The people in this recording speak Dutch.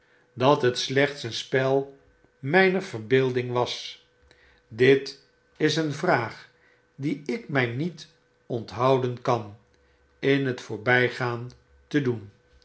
dat het slechts een spel mfjner verbeelding was dit is een vraag die ik my niet onthouden kan in t voorbflgaan te doen